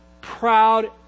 proud